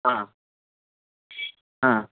ಹಾಂ ಆಂ